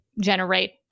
generate